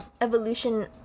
Evolution